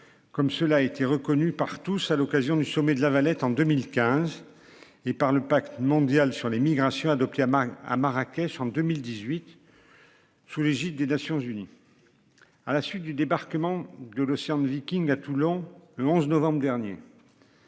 Comme cela a été reconnu par tous à l'occasion du sommet de La Valette en 2015 et par le Pacte mondial sur les migrations Hadopi manque à Marrakech en 2018. Sous l'égide des Nations-Unies. À la suite du débarquement de l'Océan Viking à Toulon le 11 novembre dernier.